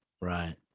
Right